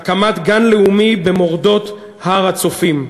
הקמת גן לאומי במורדות הר-הצופים.